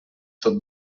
tot